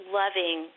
loving